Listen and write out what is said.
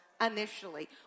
initially